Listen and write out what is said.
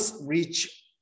reach